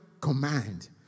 command